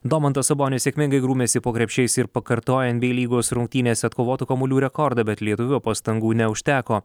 domantas sabonis sėkmingai grūmėsi po krepšiais ir pakartojo nba lygos rungtynėse atkovotų kamuolių rekordą bet lietuvio pastangų neužteko